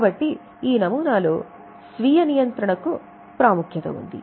కాబట్టి నమూనా లో స్వీయ నియంత్రణకకు ప్రాముఖ్యత ఉంది